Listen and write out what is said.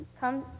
Come